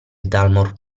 dalmor